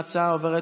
ההצעה עוברת